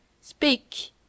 Speak